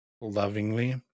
lovingly